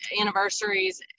anniversaries